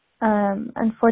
unfortunately